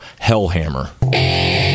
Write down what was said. Hellhammer